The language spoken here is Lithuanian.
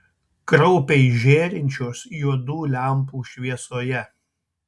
kraupiai žėrinčios juodų lempų šviesoje